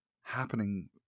happening